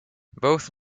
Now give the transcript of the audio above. both